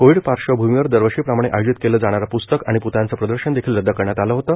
Covid पार्श्वभूमीवर दरवर्षी प्रमाणे आयोजित केले जाणारे प्रस्तक आणि प्तळ्यांचं प्रदर्शन देखील रद्द करण्यात आलं आहे